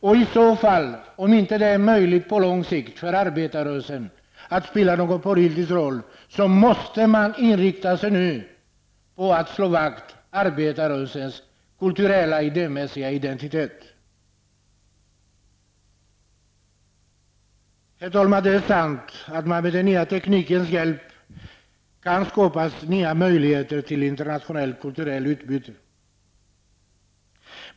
Om det inte är möjligt för arbetarrörelsen att på lång sikt spela någon politisk roll, måste man nu inrikta sig på att slå vakt om arbetarrörelsens kulturella och idémässiga identitet. Herr talman! Det är sant att man med den nya teknikens hjälp kan skapa nya möjligheter till internationellt kulturellt utbyte.